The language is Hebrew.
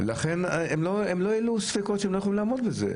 הם לא העלו ספקות לגבי היכולת שלהם לעמוד בזה.